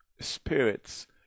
spirits